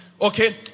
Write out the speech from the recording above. Okay